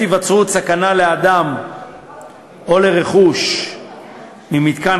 בעת היווצרות סכנה לאדם או לרכוש ממתקן